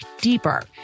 deeper